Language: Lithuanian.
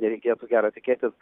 nereikėtų gero tikėtis